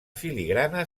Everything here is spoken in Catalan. filigrana